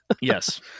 Yes